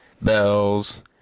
Bells